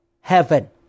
heaven